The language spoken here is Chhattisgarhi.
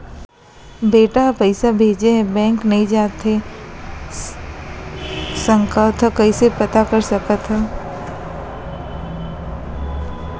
बेटा ह पइसा भेजे हे बैंक नई जाथे सकंव त कइसे पता कर सकथव?